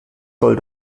soll